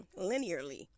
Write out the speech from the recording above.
linearly